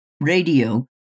Radio